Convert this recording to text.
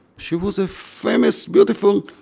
she was a famously beautiful